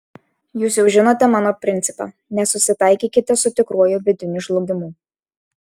jūs jau žinote mano principą nesusitaikykite su tikruoju vidiniu žlugimu